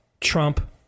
Trump